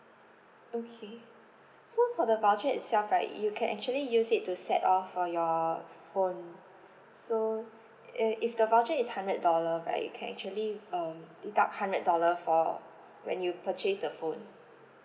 okay so for the voucher itself right you can actually use it to set off for your phone so i~ if the voucher is hundred dollar right you can actually um deduct hundred dollar for when you purchase the phone